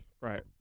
right